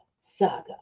saga